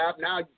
Now